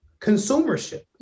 consumership